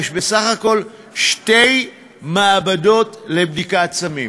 יש בסך הכול שתי מעבדות לבדיקת סמים: